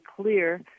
clear